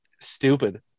stupid